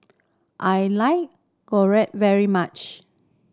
I like Gyro very much